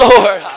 Lord